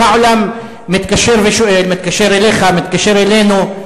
כל העולם מתקשר ושואל, מתקשר אליך ומתקשר אלינו.